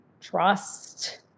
trust